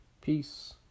Peace